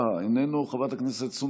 חבר הכנסת ווליד טאהא,